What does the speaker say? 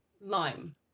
Lime